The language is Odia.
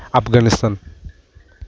ଆଫଗାନିସ୍ତାନ